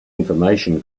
information